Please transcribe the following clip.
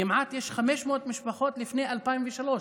יש כמעט 500 משפחות לפני 2003,